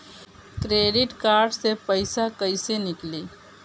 Credit card से पईसा केइसे निकली?